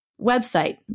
website